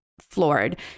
floored